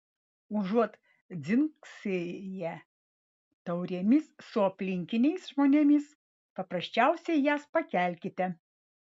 užuot dzingsėję taurėmis su aplinkiniais žmonėmis paprasčiausiai jas pakelkite